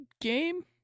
game